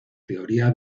teoría